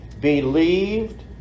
believed